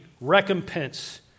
recompense